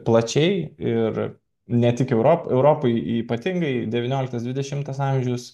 plačiai ir ne tik europoj europoj ypatingai devynioliktas dvidešimtas amžius